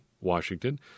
Washington